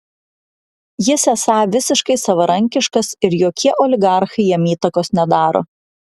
jis esą visiškai savarankiškas ir jokie oligarchai jam įtakos nedaro